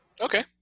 Okay